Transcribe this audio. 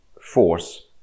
force